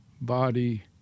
body